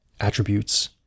attributes